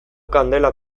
kandela